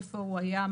איפה הוא היה,